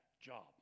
job